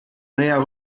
näher